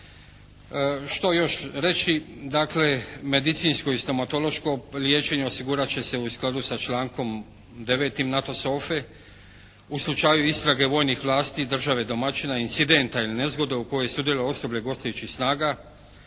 Što još reći. Dakle, medicinsko i stomatološko liječenje osigurat će se u skladu sa člankom 9. NATO …/Govornik se ne razumije./…, u slučaju istrage vojnih vlasti države domaćina, incidenta ili nezgode u kojoj sudjeluju osobe gostujućih snaga,